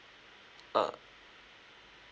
uh